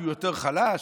כי הוא יותר חלש?